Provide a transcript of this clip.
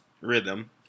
rhythm